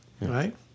right